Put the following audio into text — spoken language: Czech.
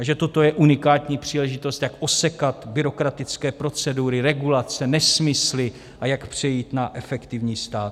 A že toto je unikátní příležitost, jak osekat byrokratické procedury, regulace, nesmysly a jak přejít na efektivní stát.